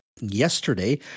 Yesterday